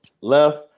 Left